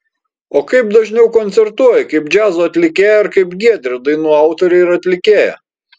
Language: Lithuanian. o kaip dažniau koncertuoji kaip džiazo atlikėja ar kaip giedrė dainų autorė ir atlikėja